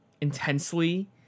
intensely